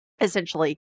essentially